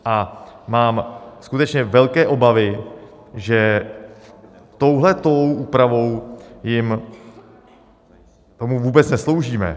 A mám skutečně velké obavy, že touhle tou úpravou tomu vůbec nesloužíme.